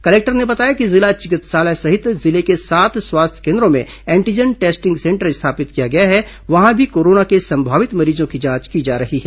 collector ने बताया कि जिला चिकित्सालय सहित जिले के सात स्वास्थ्य केन्द्रों में एंटीजन टेस्टिंग सेंटर स्थापित किया गया है वहां भी कोरोना के संभावित मरीजों की जांच की जा रही है